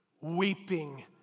weeping